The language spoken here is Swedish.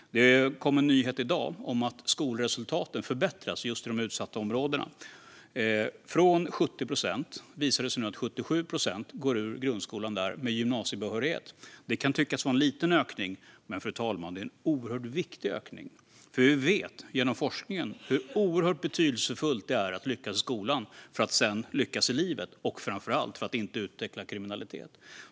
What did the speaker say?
Det kom en nyhet i dag om att skolresultaten har förbättrats just i de utsatta områdena. Andelen där som går ut grundskolan med gymnasiebehörighet har ökat från 70 till 77 procent. Det kan tyckas vara en liten ökning, fru talman, men det är en oerhört viktig ökning. Vi vet genom forskningen hur oerhört betydelsefullt det är att lyckas i skolan för att sedan lyckas i livet och, framför allt, för att inte utveckla kriminalitet.